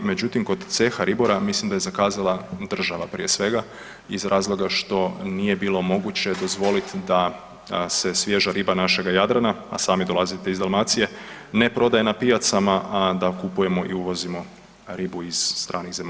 Međutim, kod ceha ribara mislim da je zakazala država prije svega iz razloga što nije bilo moguće dozvoliti da se svježa riba našega Jadrana, a sami dolazite iz Dalmacije ne prodaje ne pijacama, a da kupujemo i uvozimo ribu iz stranih zemalja.